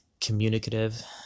communicative